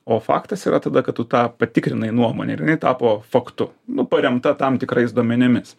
o faktas yra tada kad tu tą patikrinai nuomonę ir jinai tapo faktu nu paremta tam tikrais duomenimis